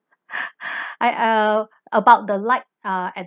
I uh about the light ah at